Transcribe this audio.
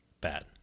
bad